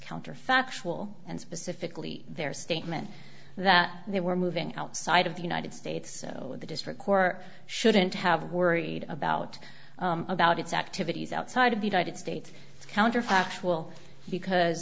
counterfactual and specifically their statement that they were moving outside of the united states so the district court shouldn't have worried about about its activities outside of the united states counterfactual because